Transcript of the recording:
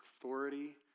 authority